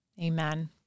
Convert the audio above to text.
Amen